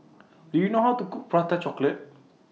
Do YOU know How to Cook Prata Chocolate